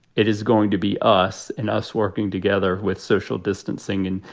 it is going to be us and us working together with social distancing. and